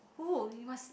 who you must